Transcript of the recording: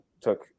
Took